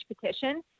petition